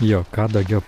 jo kadagio